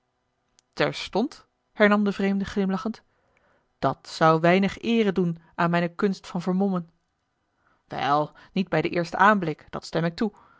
terstond hernam de vreemde glimlachend dat zou weinig eere doen aan mijne kunst van vermommen wel niet bij den eersten aanblik dat stem ik toe